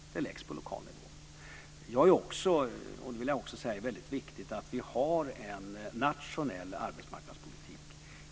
Det läggs på lokal nivå. Det är väldigt viktigt att vi har en nationell arbetsmarknadspolitik.